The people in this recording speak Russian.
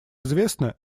известно